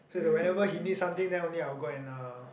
so is like whenever he needs something then only I will go and uh